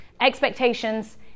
expectations